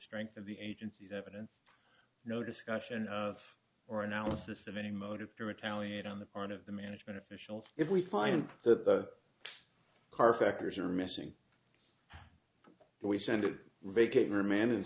strength of the agency's evidence no discussion of or analysis of any motive to retaliate on the part of the management officials if we find that the car factories are missing we send